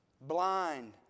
Blind